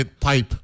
pipe